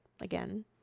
again